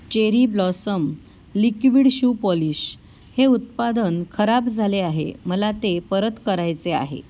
cherry Blossom liquid shoe polish हे उत्पादन खराब झाले आहे मला ते परत करायचे आहे